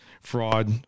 fraud